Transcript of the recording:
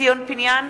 ציון פיניאן,